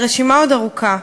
הרשימה עוד ארוכה.